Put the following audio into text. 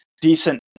decent